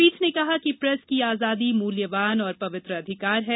पीठ ने कहा कि प्रेस की आजादी मूल्यवान और पवित्र अधिकार है